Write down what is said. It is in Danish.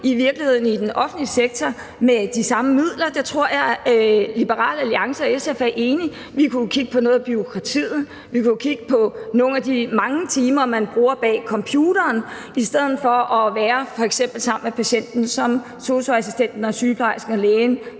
meget mere i den offentlige sektor med de samme midler. Der tror jeg, at Liberal Alliance og SF er enig. Vi kunne jo kigge på noget af bureaukratiet. Vi kunne kigge på nogle af de mange timer, man bruger bag computeren i stedet for f.eks. at være sammen med patienten, som sosu-assistenten og sygeplejersken og lægen